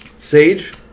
Sage